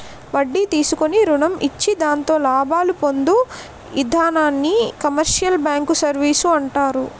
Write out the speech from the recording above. వడ్డీ తీసుకుని రుణం ఇచ్చి దాంతో లాభాలు పొందు ఇధానాన్ని కమర్షియల్ బ్యాంకు సర్వీసు అంటారు